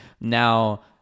now